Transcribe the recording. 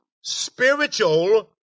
spiritual